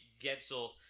Gensel